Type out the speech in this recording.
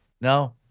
No